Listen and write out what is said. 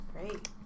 Great